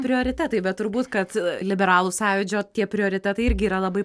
prioritetai bet turbūt kad liberalų sąjūdžio tie prioritetai irgi yra labai